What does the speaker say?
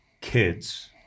kids